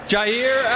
Jair